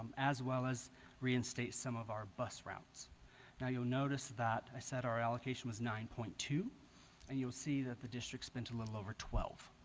as well as reinstate some of our bus routes now you'll notice that i said our allocation was nine point two and you'll see that the district spent a little over twelve